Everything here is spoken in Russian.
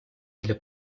для